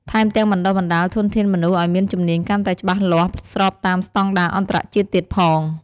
ថែមទាំងបណ្តុះបណ្តាល ធនធានមនុស្សឱ្យមានជំនាញកាន់តែច្បាស់លាស់ ស្របតាមស្តង់ដារអន្តរជាតិទៀតផង។